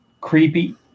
creepy